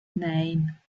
nein